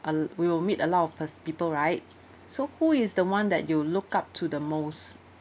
uh we will meet a lot of pers~ people right so who is the one that you look up to the most